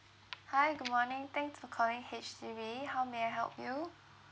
hi good morning thanks for calling H_D_B how may I help you